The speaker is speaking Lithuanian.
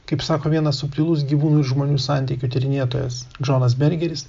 kaip sako vienas subtilūs gyvūnų ir žmonių santykių tyrinėtojas džonas bergeris